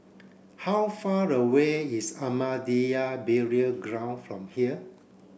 how far away is Ahmadiyya Burial Ground from here